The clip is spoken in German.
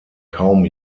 kaum